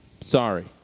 Sorry